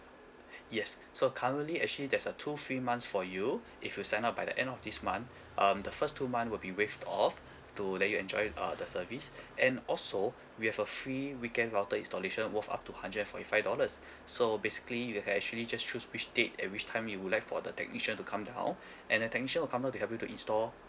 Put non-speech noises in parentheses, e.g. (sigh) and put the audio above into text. (breath) yes so currently actually there's a two free months for you if you sign up by the end of this month um the first two month will be waived off to let you enjoy uh the service and also we have a free weekend router installation worth up to hundred and forty five dollars (breath) so basically you can actually just choose which date and which time you would like for the technician to come down (breath) and the technician will come down to help you to install